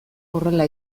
horrela